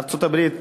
ארצות-הברית,